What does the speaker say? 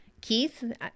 Keith